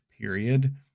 period